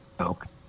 Okay